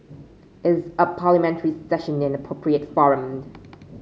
is a Parliamentary Session an appropriate farmed